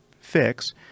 fix